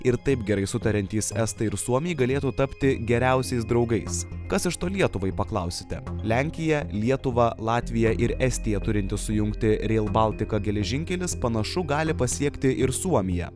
ir taip gerai sutariantys estai ir suomiai galėtų tapti geriausiais draugais kas iš to lietuvai paklausite lenkiją lietuvą latviją ir estiją turintis sujungti reil baltika geležinkelis panašu gali pasiekti ir suomiją